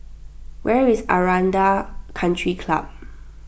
where is Aranda Country Club